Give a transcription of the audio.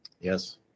yes